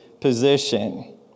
position